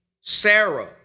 Sarah